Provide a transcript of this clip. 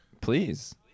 Please